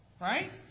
Right